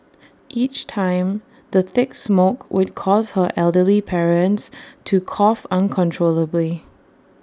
each time the thick smoke would cause her elderly parents to cough uncontrollably